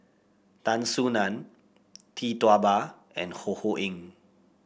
Tan Soo Nan Tee Tua Ba and Ho Ho Ying